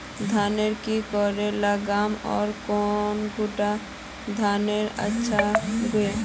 धानेर की करे लगाम ओर कौन कुंडा धानेर अच्छा गे?